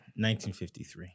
1953